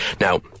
now